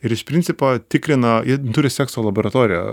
ir iš principo tikrino jin turi sekso laboratoriją